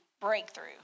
breakthrough